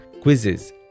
quizzes